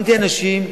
שמתי אנשים,